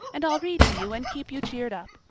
and i'll read to you and keep you cheered up.